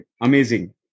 Amazing